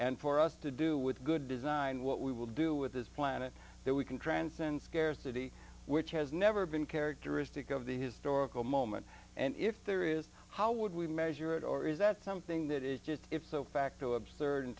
and for us to do with good design what we will do with this planet that we can transcend scarcity which has never been characteristic of the historical moment and if there is how would we measure it or is that something that is just if so facto absurd in